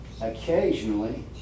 Occasionally